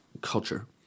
culture